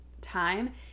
time